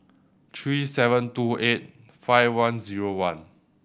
three seven two eight five one zero one